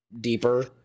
deeper